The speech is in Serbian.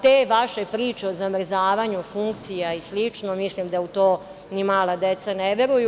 Te vaše priče o zamrzavanju funkcija i slično, mislim da u to ni mala deca ne veruju.